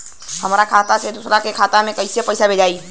हमरा खाता से दूसरा में कैसे पैसा भेजाई?